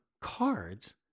cards